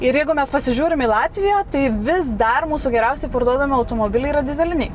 ir jeigu mes pasižiūrim į latviją tai vis dar mūsų geriausiai parduodami automobiliai yra dyzeliniai